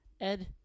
Ed